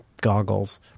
goggles